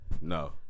No